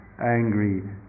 angry